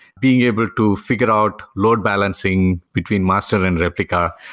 being able to figure out load balancing between master and replica.